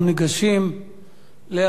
אנחנו ניגשים להצבעה.